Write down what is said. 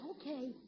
Okay